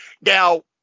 Now